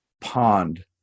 pond